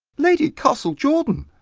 lady castlejordan